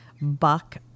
Buck